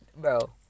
Bro